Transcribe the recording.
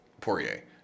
Poirier